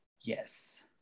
Yes